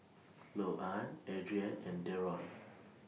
Louann Adrianne and Deron